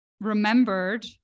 remembered